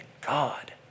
God